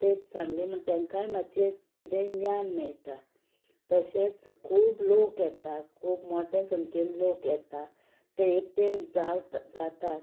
तें सांगलें म्हणतूच तांकांय मातशें कितेंय ज्ञान मेळटा तशेंच खूब लोक येता खूब मोठे संक्येन लोक येता ते एकटेन जा जातात